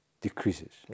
decreases